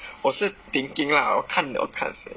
我是 thinking lah 我看我看先